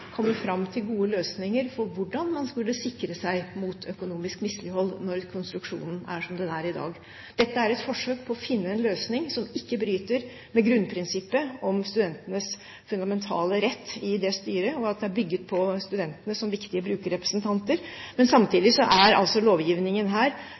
sikre seg mot økonomisk mislighold, når konstruksjonen er som den er i dag. Dette er et forsøk på å finne en løsning som ikke bryter med grunnprinsippet om studentenes fundamentale rett i det styret, og at det er bygget på studentene som viktige brukerrepresentanter. Men samtidig er altså lovgivningen her